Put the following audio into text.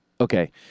Okay